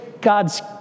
God's